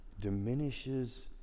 diminishes